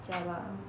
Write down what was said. jialat ah